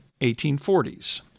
1840s